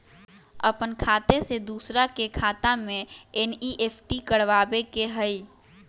अपन खाते से दूसरा के खाता में एन.ई.एफ.टी करवावे के हई?